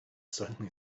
certainly